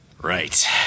Right